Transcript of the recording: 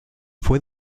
fue